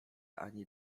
ani